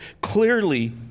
clearly